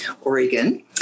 Oregon